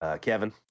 Kevin